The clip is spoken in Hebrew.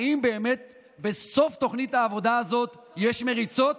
האם באמת בסוף תוכנית העבודה הזאת יש מריצות?